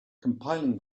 compiling